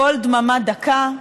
קול דממה דקה.